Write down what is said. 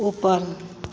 ऊपर